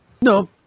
No